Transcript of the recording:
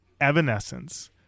Evanescence